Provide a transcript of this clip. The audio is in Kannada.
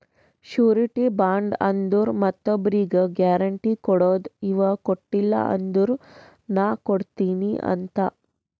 ಶುರಿಟಿ ಬಾಂಡ್ ಅಂದುರ್ ಮತ್ತೊಬ್ರಿಗ್ ಗ್ಯಾರೆಂಟಿ ಕೊಡದು ಇವಾ ಕೊಟ್ಟಿಲ ಅಂದುರ್ ನಾ ಕೊಡ್ತೀನಿ ಅಂತ್